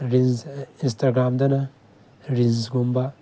reels ꯏꯟꯁꯇꯥꯒ꯭ꯔꯥꯝꯗꯅ ꯔꯤꯜꯁꯀꯨꯝꯕ